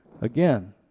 Again